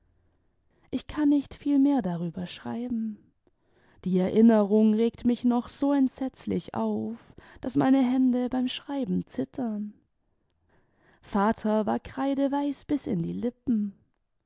ich kann nicht viel mehr darüber schreiben die erinnerung regt mich noch so entsetzlich auf daß meine hände beim schreiben zittern vater war kreideweiß bis in die lippen